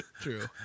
true